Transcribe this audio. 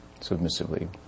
submissively